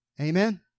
Amen